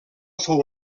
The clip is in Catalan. fou